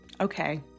Okay